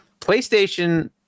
PlayStation